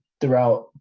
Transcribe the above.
throughout